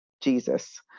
Jesus